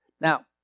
Now